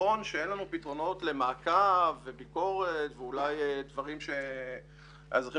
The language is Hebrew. נכון שאין לנו פתרונות למעקב וביקורת ואולי דברים שהאזרחים